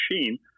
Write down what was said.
machine